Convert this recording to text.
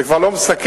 זה כבר לא "מסכן",